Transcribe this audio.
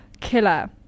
killer